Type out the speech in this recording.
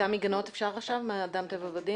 מעיין ספיבק מאגף התקציבים, משרד האוצר.